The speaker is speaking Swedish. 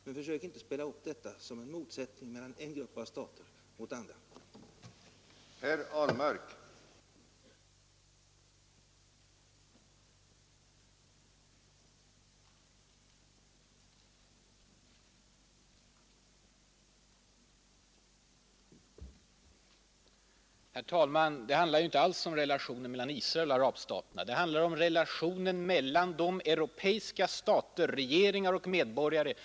Men försök inte spela upp detta problem som en motsättning mellan en grupp av stater mot andra!